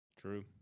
True